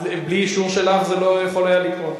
בלי אישור שלך זה לא יכול היה לקרות.